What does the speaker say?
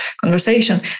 conversation